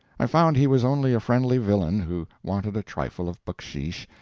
i found he was only a friendly villain who wanted a trifle of bucksheesh,